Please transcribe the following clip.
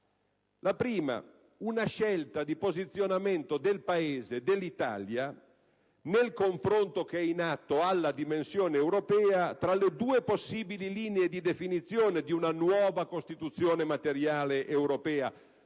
anzitutto una scelta di posizionamento dell'Italia nel confronto, che è in atto alla dimensione europea, tra le due possibili linee di definizione di una nuova Costituzione materiale europea